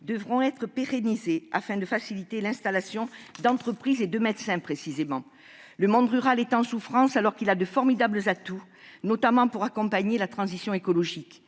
devront être pérennisées, afin de faciliter l'installation d'entreprises et de médecins. Ainsi le monde rural est-il en souffrance, alors qu'il recèle de formidables atouts, notamment pour accompagner la transition écologique.